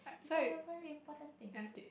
is a very important thing